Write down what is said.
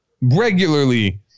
regularly